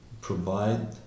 provide